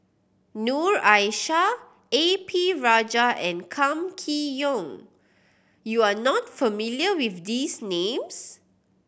Noor Aishah A P Rajah and Kam Kee Yong you are not familiar with these names